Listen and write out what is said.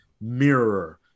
mirror